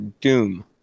Doom